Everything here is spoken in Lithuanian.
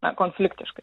na konfliktiškai